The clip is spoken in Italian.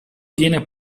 viene